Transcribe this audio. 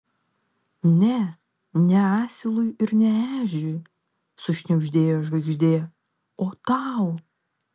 ne ne asilui ir ne ežiui sušnibždėjo žvaigždė o tau